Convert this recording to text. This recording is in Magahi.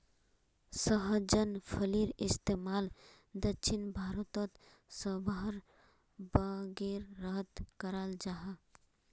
सहजन फलिर इस्तेमाल दक्षिण भारतोत साम्भर वागैरहत कराल जहा